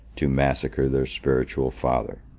to massacre their spiritual father.